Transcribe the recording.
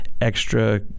extra